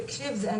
תקשיב,